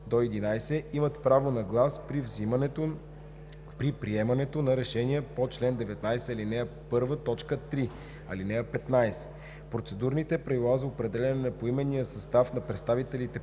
имат право на глас при приемането на решения по чл. 19, ал. 1, т. 3. (15) Процедурните правила за определяне на поименния състав на представителите